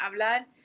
hablar